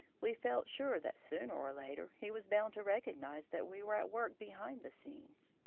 we felt sure that sooner or later he was bound to recognise that we were at work behind the scenes.